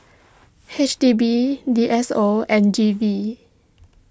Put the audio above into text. H D B D S O and G V